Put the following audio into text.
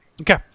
Okay